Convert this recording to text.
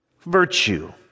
virtue